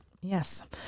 Yes